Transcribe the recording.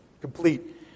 complete